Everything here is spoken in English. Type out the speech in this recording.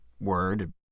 word